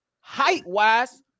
height-wise